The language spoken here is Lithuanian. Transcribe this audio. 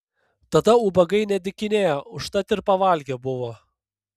tada ubagai nedykinėjo užtat ir pavalgę buvo